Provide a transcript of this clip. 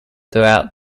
throughout